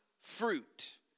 fruit